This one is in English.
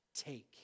take